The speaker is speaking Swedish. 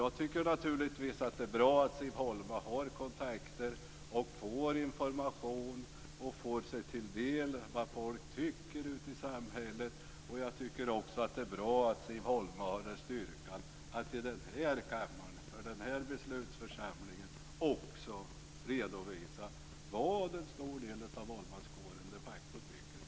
Jag tycker naturligtvis att det är bra att Siv Holma har kontakter, får information och får sig till del vad människor tycker ute i samhället. Jag tycker också att det är bra att Siv Holma har styrkan att i den här kammaren, för den här beslutsförsamlingen, också redovisa vad en stor del av valmanskåren de facto tycker.